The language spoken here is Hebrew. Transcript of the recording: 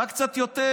רק קצת יותר.